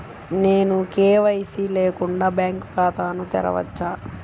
నేను కే.వై.సి లేకుండా బ్యాంక్ ఖాతాను తెరవవచ్చా?